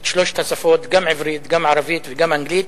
את שלוש השפות, גם עברית, גם ערבית וגם אנגלית.